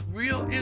real